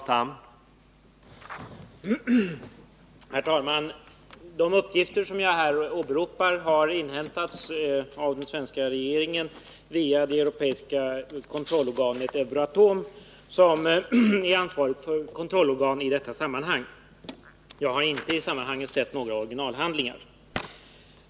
Herr talman! De uppgifter jag här åberopar har inhämtats av den svenska regeringen via det europeiska kontrollorganet Euratom, som är ansvarigt kontrollorgan i detta sammanhang. Jag har inte i sammanhanget sett några originalhandlingar.